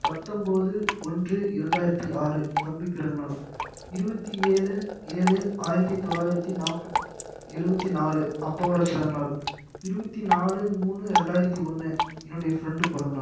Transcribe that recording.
பத்தம்பது ஒன்று இரண்டாயிரத்தி ஆறு தம்பி பிறந்த நாள் இருபத்தி ஏழு ஏழு ஆயிரத்தி தொள்ளாயிரத்தி நாப்ப எழுவத்தி நாலு அப்பாவோட பிறந்த நாள் இருபத்தி நாலு மூணு ரெண்டாயிரத்தி ஒன்று என்னுடைய ஃப்ரெண்டு பிறந்த நாள்